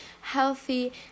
healthy